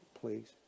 please